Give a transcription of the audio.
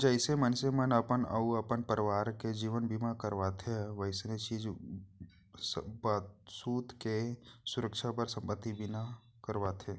जइसे मनसे मन अपन अउ अपन परवार के जीवन बीमा करवाथें वइसने चीज बसूत के सुरक्छा बर संपत्ति बीमा करवाथें